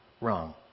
wrong